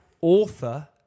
Author